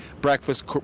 breakfast